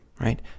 right